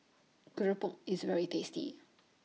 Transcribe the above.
Keropok IS very tasty